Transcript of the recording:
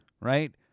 right